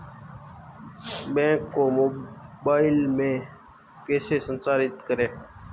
Bank को mobile में कैसे संचालित करें?